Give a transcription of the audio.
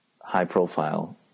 high-profile